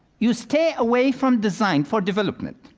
you stay away from design for development.